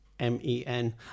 M-E-N